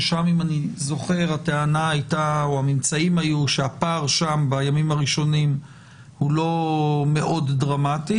ששם הממצאים היו שהפער בימים הראשונים הוא לא מאוד דרמטי,